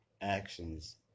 actions